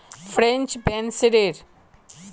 French बेंसेर इस्तेमाल नूडलेर साथे कराल जाहा